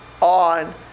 on